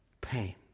pain